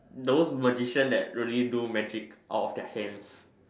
those magicians that really do magic out of their hands